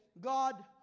God